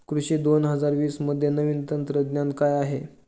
कृषी दोन हजार वीसमध्ये नवीन तंत्रज्ञान काय आहे?